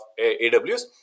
AWS